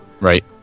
Right